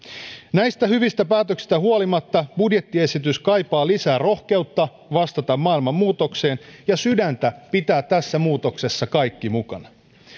näistä hyvistä päätöksistä huolimatta budjettiesitys kaipaa lisää rohkeutta vastata maailman muutokseen ja sydäntä pitää tässä muutoksessa kaikki mukana